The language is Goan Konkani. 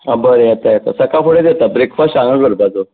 हां बरें येता येता साकळ फुडेंच येता ब्रेकफास्ट हांगा करपाचो